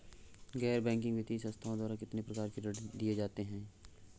गैर बैंकिंग वित्तीय संस्थाओं द्वारा कितनी प्रकार के ऋण दिए जाते हैं?